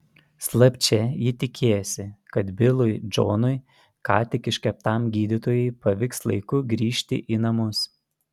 slapčia ji tikėjosi kad bilui džonui ką tik iškeptam gydytojui pavyks laiku grįžti į namus